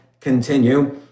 continue